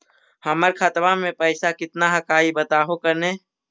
हमर खतवा में पैसा कितना हकाई बताहो करने?